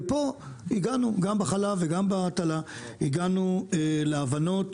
כשגם בחלב וגם בהטלה אנחנו הגענו להבנות,